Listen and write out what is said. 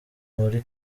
muri